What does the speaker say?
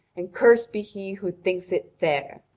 and cursed be he who thinks it fair.